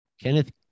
Kenneth